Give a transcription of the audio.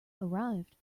arrived